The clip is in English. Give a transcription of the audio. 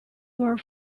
were